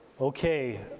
Okay